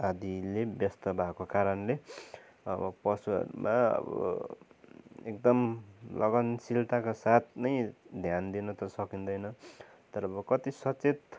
आदिले व्यस्त भएको कारणले अब पशुहरूमा अब एकदम लगनशीलताका साथ नै ध्यान दिन त सकिँदैन तर अब कति सचेत